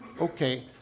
okay